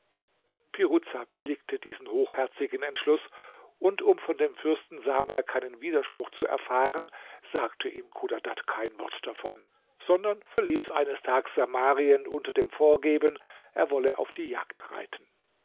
piruza billigte diesen hochherzigen entschluß und um von dem fürsten samer keinen widerspruch zu erfahren sagte ihm chodadad kein wort davon sondern verließ eines tags samarien unter dem vorgeben er wolle auf die jagd reiten